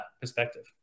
perspective